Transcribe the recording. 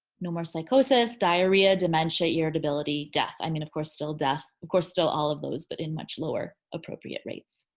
no more psychosis, diarrhea, dementia, irritability, death. i mean, of course, still death of course, still all of those but in much lower appropriate rates.